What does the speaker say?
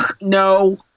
no